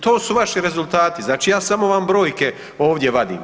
To su vaši rezultati, znači ja samo vam brojke ovdje vadim.